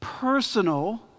personal